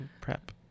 prep